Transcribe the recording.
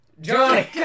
Johnny